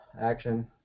action